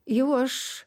jau aš